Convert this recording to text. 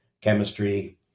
chemistry